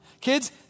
Kids